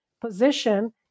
position